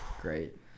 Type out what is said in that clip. Great